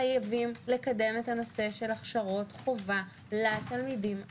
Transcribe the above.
חייבים לקדם את הנושא של הכשרות חובה לתלמידים עצמם,